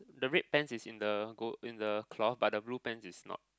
the red pants is in the gold in the cloth but the blue pants is not